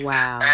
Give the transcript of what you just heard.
Wow